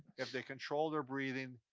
if they control their breathing,